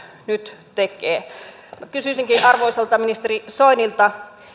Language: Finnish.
nyt tekevät minä kysyisinkin arvoisalta ministeri soinilta